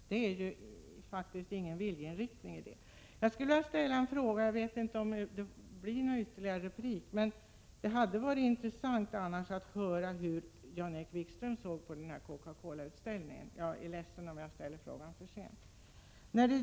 Det finns faktiskt ingen viljeinriktning i ett sådant uttalande. Jag vet inte om det blir tillfälle till någon ytterligare replik, men det hade varit intressant att få höra Jan-Erik Wikströms syn på Coca Cola-utställning 117 en. Jag är ledsen om jag ställer frågan för sent.